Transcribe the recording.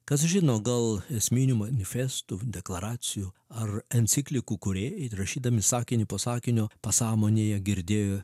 kas žino gal esminių manifestų deklaracijų ar enciklikų kūrėjai rašydami sakinį po sakinio pasąmonėje girdėjo